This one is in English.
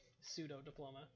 pseudo-diploma